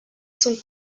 sont